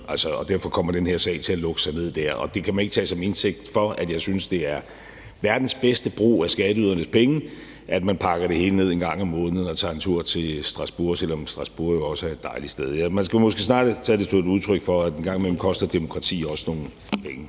og derfor kommer den her sag til at lukke sig ned der. Det kan man ikke tage som indtægt for, at jeg synes, det er verdens bedste brug af skatteydernes penge, at man pakker det hele ned en gang om måneden og tager en tur til Strasbourg, selv om Strasbourg jo også er et dejligt sted. Ja, man skal måske snarere tage det som et udtryk for, at et demokrati engang imellem også koster nogle penge.